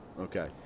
okay